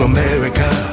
America